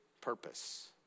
purpose